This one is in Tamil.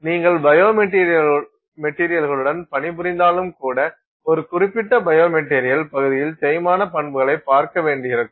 நீங்கள் பயோ மெட்டீரியல்களுடன் பணிபுரிந்தாலும் கூட ஒரு குறிப்பிட்ட பயோ மெட்டீரியல் பகுதியில் தேய்மான பண்புகளைப் பார்க்க வேண்டியிருக்கும்